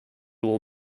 will